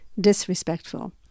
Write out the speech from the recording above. disrespectful